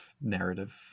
narrative